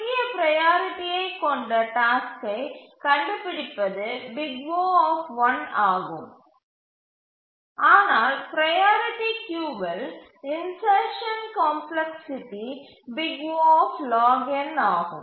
குறுகிய ப்ரையாரிட்டியைக் கொண்ட டாஸ்க்கை கண்டுபிடிப்பது O ஆகும் ஆனால் ப்ரையாரிட்டி கியூவில் இன்சர்ஷன் காம்ப்ளக்ஸ்சிட்டி O ஆகும்